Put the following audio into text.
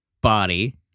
body